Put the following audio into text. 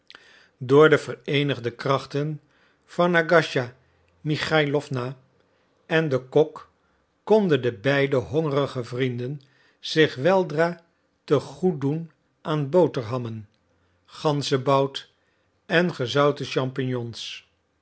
door de vereenigde krachten van agasija michailowna en den kok konden de beide hongerige vrienden zich weldra te goed doen aan boterhammen ganzebout en gezouten champignons